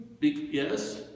Yes